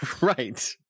Right